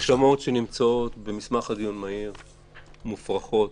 ההאשמות שנמצאות במסמך לדיון מהיר הן מופרכות,